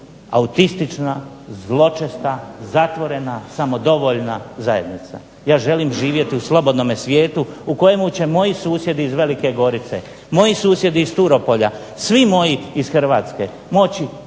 autistična, zločesta, zatvorena, samodovoljna zajednica. Ja želim živjeti u slobodnome svijetu u kojemu će moji susjedi iz Velike Gorice, moji susjedi iz Turopolja, svi mojih iz Hrvatske moći